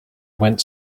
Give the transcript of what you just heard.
went